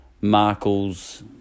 Markle's